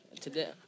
Today